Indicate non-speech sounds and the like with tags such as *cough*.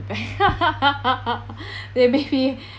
the *laughs* they maybe